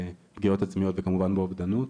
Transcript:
בפגיעות עצמיות וכמובן באובדנות.